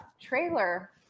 trailer